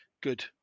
good